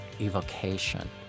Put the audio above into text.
evocation